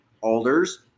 Alders